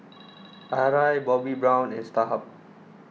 Arai Bobbi Brown and Starhub